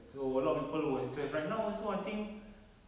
so a lot of people were stressed right now also I think